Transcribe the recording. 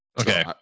Okay